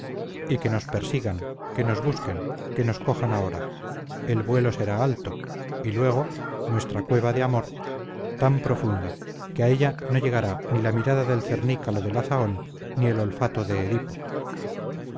y que nos persigan que nos busquen que nos cojan ahora el vuelo será alto y luego nuestra cueva de amor tan profunda que a ella no llegará ni la mirada de cernícalo de la zahón ni el olfato de edipo